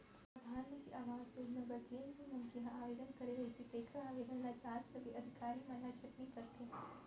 परधानमंतरी आवास योजना बर जेन भी मनखे ह आवेदन करे रहिथे तेखर आवेदन ल जांच करके अधिकारी मन ह छटनी करथे